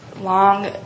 long